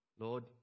Lord